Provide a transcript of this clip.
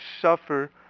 suffer